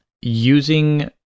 using